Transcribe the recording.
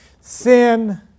sin